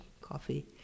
coffee